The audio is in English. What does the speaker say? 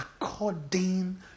according